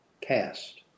cast